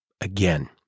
again